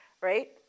right